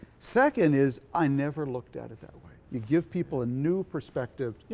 second is i never looked at it that way. you give people a new perspective. yeah